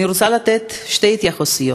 אני רוצה לתת שתי התייחסויות.